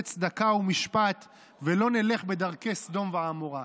צדקה ומשפט ולא נלך בדרכי סדום ועמורה.